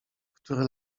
które